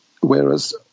whereas